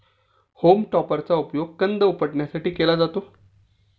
home टॉपरचा उपयोग कंद उपटण्यासाठी केला जातो